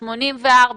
84,